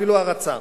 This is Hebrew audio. אפילו הערצה,